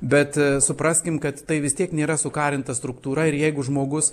bet supraskim kad tai vis tiek nėra sukarinta struktūra ir jeigu žmogus